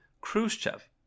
Khrushchev